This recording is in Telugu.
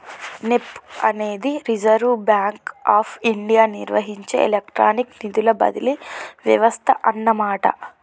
నెప్ప్ అనేది రిజర్వ్ బ్యాంక్ ఆఫ్ ఇండియా నిర్వహించే ఎలక్ట్రానిక్ నిధుల బదిలీ వ్యవస్థ అన్నమాట